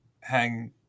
hang